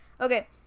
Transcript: Okay